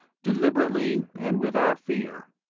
deliberately and without fear.